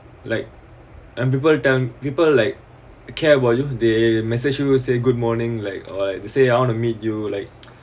like and people tend people like care about you they message you and say good morning like what say I want to meet you like